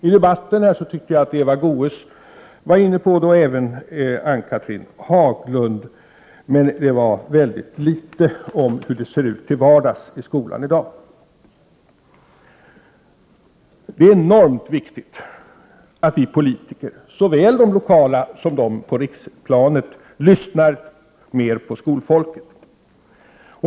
I debatten här tyckte jag att Eva Goös och även Ann-Cathrine Haglund var inne på frågan, även om den berördes ytterst litet, om hur det ser ut till vardags i skolan i dag. Det är enormt viktigt att vi politiker, såväl de lokala som de på riksplanet, lyssnar mer på skolfolket.